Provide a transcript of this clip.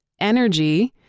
energy